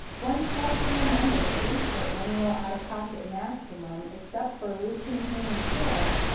once medicare members reach their annual out-of-pocket maximum, except for routine hearing care,